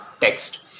text